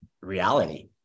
reality